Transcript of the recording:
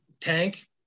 tank